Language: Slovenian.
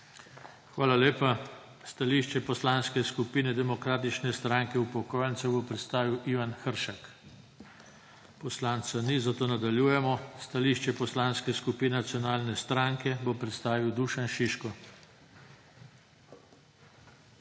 Hvala lepa. Stališče Poslanske skupine Demokratične stranke upokojencev bo predstavil Ivan Hršak. Poslanca ni, zato nadaljujemo. Stališče Poslanske skupine Slovenske nacionalne stranke bo predstavil Dušan Šiško.